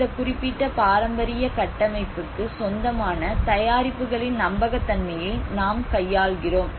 இந்த குறிப்பிட்ட பாரம்பரிய கட்டமைப்புக்கு சொந்தமான தயாரிப்புகளின் நம்பகத்தன்மையை நாம் கையாள்கிறோம்